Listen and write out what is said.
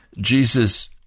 Jesus